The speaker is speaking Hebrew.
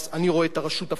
אני רואה את הרשות הפלסטינית,